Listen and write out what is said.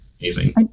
amazing